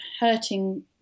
hurting